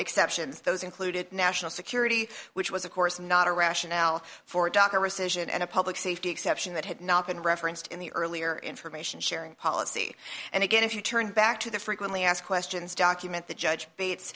exceptions those included national security which was of course not a rationale for dr rescission and a public safety exception that had not been referenced in the earlier information sharing policy and again if you turn back to the frequently asked questions document that judge bates